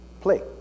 play